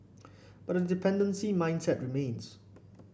but the dependency mindset remains